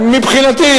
מבחינתי,